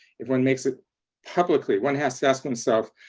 if when makes it publicly, one has to ask oneself,